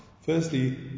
Firstly